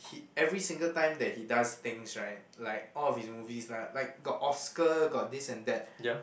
he every single time that he does things right like all of his movies lah like got Oscar got this and that